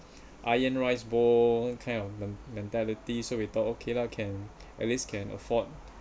iron rice bowl kind of men~ mentality so we thought okay lah can at least can afford